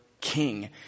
king